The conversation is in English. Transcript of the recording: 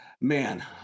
man